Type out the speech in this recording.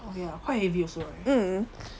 oh ya quite heavy also right